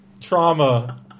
trauma